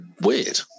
weird